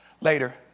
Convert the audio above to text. later